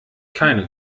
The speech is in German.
keine